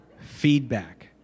Feedback